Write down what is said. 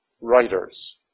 writers